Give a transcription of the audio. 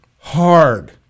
hard